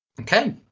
Okay